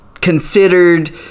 considered